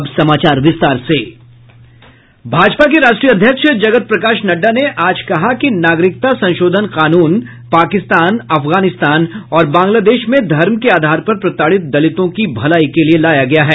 भाजपा के राष्ट्रीय अध्यक्ष जगत प्रकाश नड्डा ने आज कहा कि नागरिकता संशोधन कानून पकिस्तान अफगानिस्तान और बांग्लादेश में धर्म के आधार पर प्रताड़ित दलितों की भलाई के लिए लाया गया है